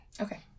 Okay